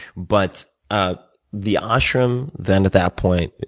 but ah the ashram, then, at that point,